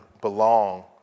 belong